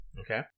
Okay